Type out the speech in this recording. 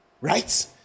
Right